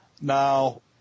Now